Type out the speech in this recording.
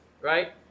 right